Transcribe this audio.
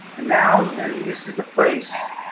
and now, and this is the place.